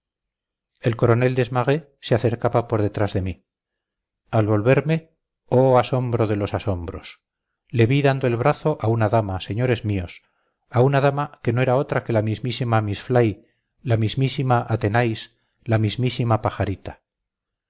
el coronel desmarets se acercaba por detrás de mí al volverme oh asombro de los asombros le vi dando el brazo a una dama señores míos a una dama que no era otra que la mismísima miss fly la mismísima athenais la mismísima pajarita